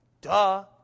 duh